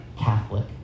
Catholic